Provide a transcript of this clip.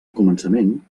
començament